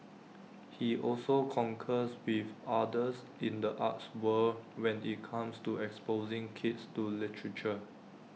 he also concurs with others in the arts world when IT comes to exposing kids to literature